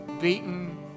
beaten